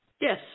Yes